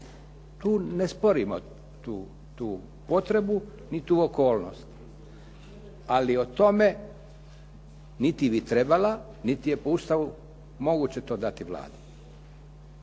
Tu ne sporimo tu potrebu, ni tu okolnost. Ali o tome niti bi trebala niti je po Ustavu moguće to dati Vladi.